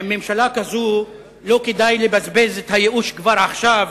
עם ממשלה כזאת לא כדאי לבזבז את הייאוש כבר עכשיו,